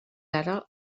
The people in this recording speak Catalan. ara